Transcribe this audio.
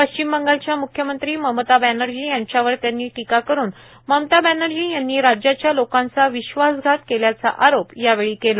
पश्चिम बंगालच्या मुख्यमंत्री ममता बॅनर्जी यांच्यावर त्यांनी टिका करून ममता बॅनर्जी यांनी राज्याच्या लोकांचा विश्वासघात केल्याचा आरोप यावेळी केला